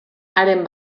haren